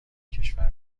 کشور